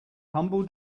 humble